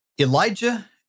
Elijah